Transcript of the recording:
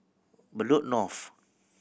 Bedok North